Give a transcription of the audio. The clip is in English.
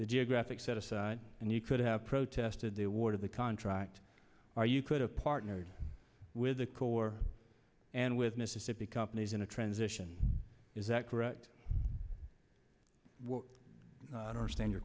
the geographic set aside and you could have protested the award of the contract or you could have partnered with the corps and with mississippi companies in a transition is that correct and understand your